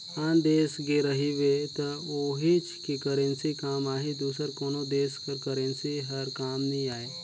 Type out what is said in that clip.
आन देस गे रहिबे त उहींच के करेंसी काम आही दूसर कोनो देस कर करेंसी हर काम नी आए